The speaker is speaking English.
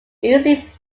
usually